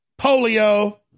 Polio